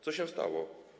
Co się stało?